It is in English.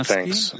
Thanks